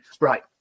right